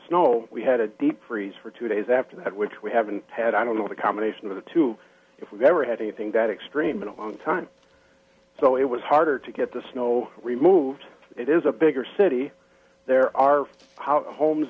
snow we had a deep freeze for two days after that which we haven't had i don't know the combination of the two if we've ever had anything that extreme in a long time so it was harder to get the snow removed it is a bigger city there are homes